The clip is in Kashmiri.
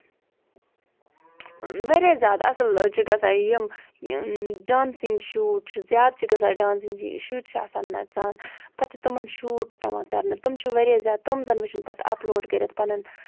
واریاہ زیادٕ اَصٕل چھُ گژھان یِم ڈانسِنگ شوٗٹ چھُ زیادٕ چھُ گژھان ڈانسِنگ شُرۍ چھِ آسان نَژان پَتہٕ تِمن شوٗٹ یِوان کرنہٕ تِم چھِ واریاہ زیادٕ تِم زَن وٕچھن پَتہٕ اَپلوڈ کٔرِتھ پَنُن